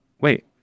wait